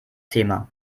thema